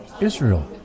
Israel